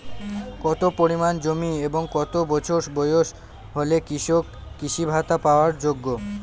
কত পরিমাণ জমি এবং কত বছর বয়স হলে কৃষক কৃষি ভাতা পাওয়ার যোগ্য?